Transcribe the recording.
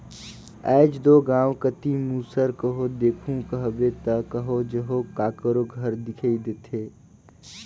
आएज दो गाँव कती मूसर कहो देखहू कहबे ता कहो जहो काकरो घर दिखई देथे